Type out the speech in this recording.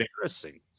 embarrassing